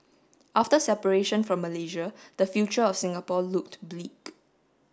after separation from Malaysia the future of Singapore looked bleak